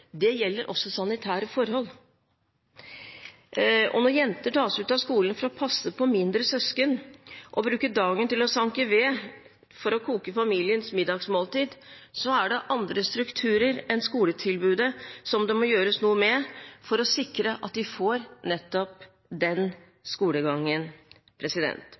Det gjelder også sanitære forhold. Når jenter tas ut av skolen for å passe på mindre søsken og bruker dagen til å sanke ved for å koke familiens middagsmåltid, er det andre strukturer enn skoletilbudet som det må gjøres noe med, for å sikre at de får nettopp den skolegangen.